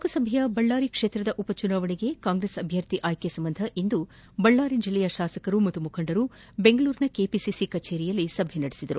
ಲೋಕಸಭೆಯ ಬಳ್ಮಾರಿ ಕ್ಷೇತ್ರದ ಉಪಚುನಾವಣೆಗೆ ಕಾಂಗ್ರೆಸ್ ಅಭ್ವರ್ಥಿ ಆಯ್ಕೆ ಸಂಬಂಧ ಇಂದು ಬಳ್ಮಾರಿ ಜಿಲ್ಲೆಯ ಶಾಸಕರು ಹಾಗೂ ಮುಖಂಡರು ದೆಂಗಳೂರಿನ ಕೆಪಿಸಿಸಿ ಕಚೇರಿಯಲ್ಲಿ ಸಭೆ ನಡೆಸಿದರು